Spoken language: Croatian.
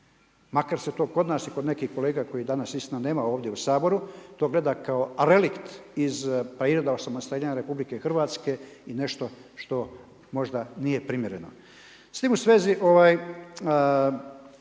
Makar se to kod nas i kod nekih kolega koji danas istina nema ovdje u Saboru to gleda kao relikt iz prirode osamostaljenja Republike Hrvatske i nešto što možda nije primjereno. S tim u svezi